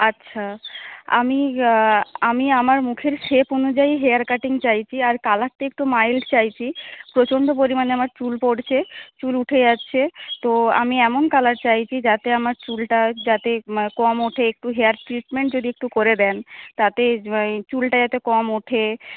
আচ্ছা আমি আমি আমার মুখের শেপ অনুযায়ী হেয়ার কাটিং চাইছি আর কালারটা একটু মাইল্ড চাইছি প্রচণ্ড পরিমানে আমার চুল পড়ছে চুল উঠে যাচ্ছে তো আমি এমন কালার চাইছি যাতে আমার চুলটা যাতে কম ওঠে একটু হেয়ার ট্রিটমেন্ট যদি একটু করে দেন তাতে চুলটা যাতে কম ওঠে